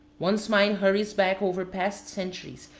one's mind hurries back over past centuries,